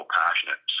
passionate